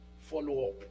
follow-up